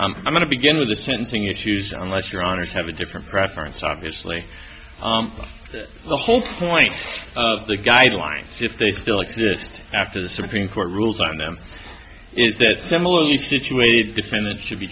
fox i'm going to begin with the sentencing issues on last your honour's have a different preference obviously the whole point of the guidelines if they still exist after the supreme court ruled on them is that similarly situated defendants should be